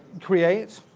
create.